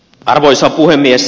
arvoisa puhemies